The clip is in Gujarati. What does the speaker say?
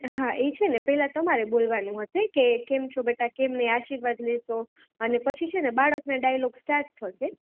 હા એ છે ને પહેલાં તમારે બોલવાનું હશે કે કેમ છો બેટા કેમ આશીર્વાદ લેશો અને પછી છે ને બાળકના ડાઈલોગ સ્ટાર્ટ થશે